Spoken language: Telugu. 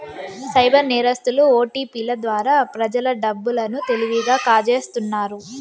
సైబర్ నేరస్తులు ఓటిపిల ద్వారా ప్రజల డబ్బు లను తెలివిగా కాజేస్తున్నారు